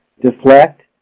Deflect